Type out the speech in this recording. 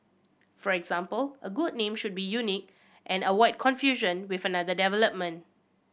for example a good name should be unique and avoid confusion with another development